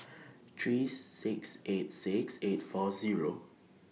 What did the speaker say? three six eight six eight four Zero